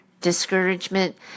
discouragement